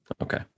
Okay